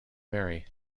mary